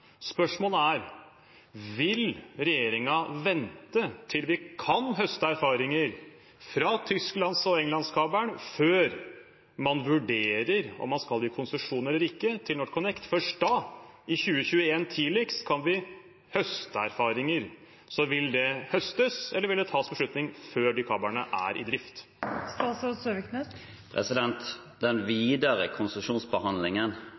Spørsmålet er: Vil regjeringen vente til vi kan høste erfaringer fra tysklands- og englandskabelen før man vurderer om man skal gi konsesjon eller ikke til NorthConnect? Først da, i 2021 tidligst, kan vi høste erfaringer. Så – vil det høstes, eller vil det tas beslutning før de kablene er i drift?